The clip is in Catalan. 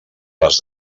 les